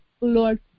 Lord